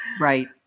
Right